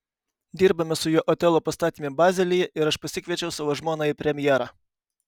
dirbome su juo otelo pastatyme bazelyje ir aš pasikviečiau savo žmoną į premjerą